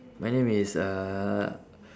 my name is uh